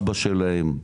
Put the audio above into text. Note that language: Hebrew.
אבא שלהם,